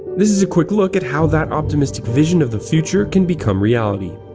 this is a quick look at how that optimistic vision of the future can become reality.